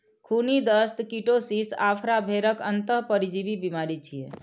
खूनी दस्त, कीटोसिस, आफरा भेड़क अंतः परजीवी बीमारी छियै